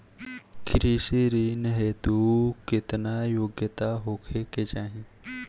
कृषि ऋण हेतू केतना योग्यता होखे के चाहीं?